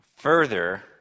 Further